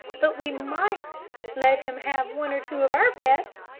but we might let him have one or two of our pets.